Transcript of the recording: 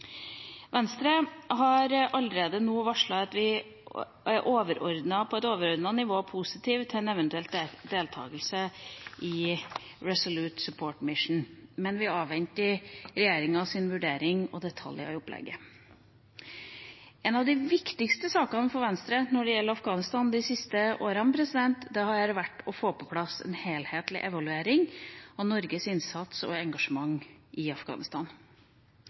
Venstre har allerede nå varslet at vi på et overordnet nivå er positive til en eventuell deltakelse i Resolute Support mission, men vi avventer regjeringas vurdering og detaljer i opplegget. En av de viktigste sakene for Venstre når det gjelder Afghanistan de siste årene, har vært å få på plass en helhetlig evaluering av Norges innsats og engasjement i Afghanistan.